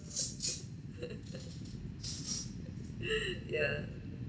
yeah